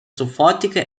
sofortige